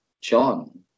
John